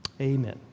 Amen